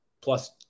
plus